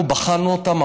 אנחנו בחנו אותם.